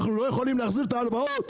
אנחנו לא יכולים להחזיר את ההלוואות.